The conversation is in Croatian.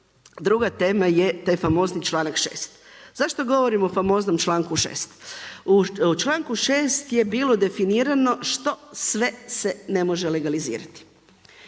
Druga tema je taj famozni članak 6. zašto govorim o famoznom članku 6.? u članku 6. je bilo definirano što sve se ne može legalizirati